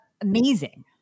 amazing